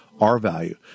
R-value